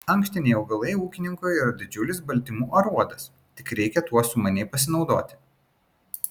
ankštiniai augalai ūkininkui yra didžiulis baltymų aruodas tik reikia tuo sumaniai pasinaudoti